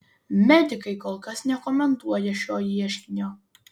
medikai kol kas nekomentuoja šio ieškinio